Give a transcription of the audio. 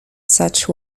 such